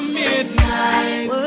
midnight